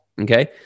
Okay